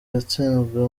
yatsinzwe